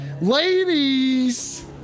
Ladies